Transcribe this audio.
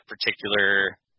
particular